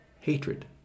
hatred